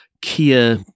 Kia